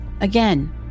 Again